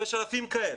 יש עשרות אלפים כאלה.